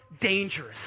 dangerous